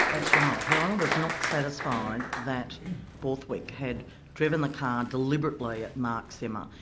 that's right. her honour was not satisfied that borthwick had driven the car deliberately at mark zimmer.